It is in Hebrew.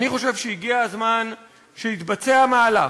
אני חושב שהגיע הזמן שיתבצע מהלך,